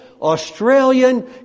Australian